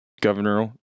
governor